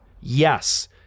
yes